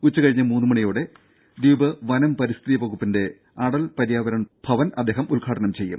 ഉച്ച കഴിഞ്ഞ് മൂന്ന് മണിയോടെ ദ്വീപ് വനം പരിസ്ഥിതി വകുപ്പിന്റെ അടൽ പര്യാവരൻ ഭവൻ അദ്ദേഹം ഉദ്ഘാടനം ചെയ്യും